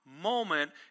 moment